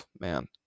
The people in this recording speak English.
man